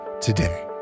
today